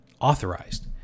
authorized